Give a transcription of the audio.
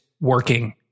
working